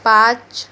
पाच